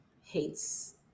hates